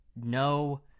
no